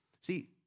See